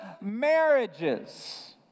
marriages